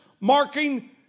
marking